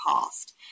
past